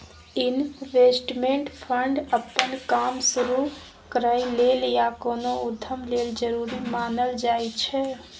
investment fund अप्पन काम शुरु करइ लेल या कोनो उद्यम लेल जरूरी मानल जाइ छै